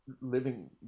living